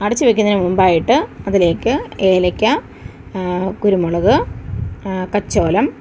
അടച്ച് വയ്ക്കുന്നതിന് മുമ്പായിട്ട് അതിലേക്ക് ഏലക്ക കുരുമുളക് കച്ചോലം